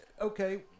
okay